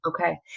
Okay